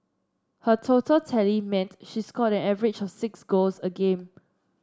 her total tally meant she scored an average of six goals a game